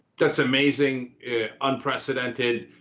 that's amazing. it's unprecedented.